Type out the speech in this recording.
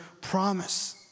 promise